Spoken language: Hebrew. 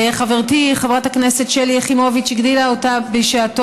חברתי חברת הכנסת שלי יחימוביץ הגדילה אותה בשעתו